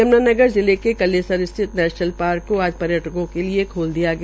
यमुनानगर जिले के कलेसर स्थित नैशनल पार्क को आज पर्यटकों के लिये खोल दिया गया